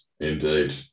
Indeed